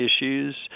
issues